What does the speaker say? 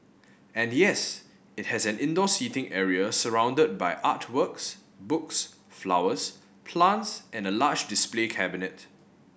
and yes it has an indoor seating area surrounded by art works books flowers plants and a large display cabinet